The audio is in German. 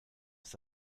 ist